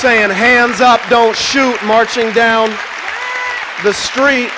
saying hands up don't shoot marching down the street